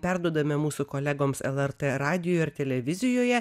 perduodame mūsų kolegoms lrt radijuje ar televizijoje